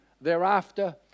thereafter